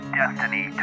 destiny